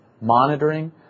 monitoring